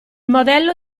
modello